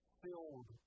filled